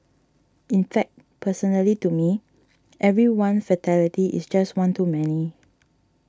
in fact personally to me every one fatality is just one too many